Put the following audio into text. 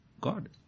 God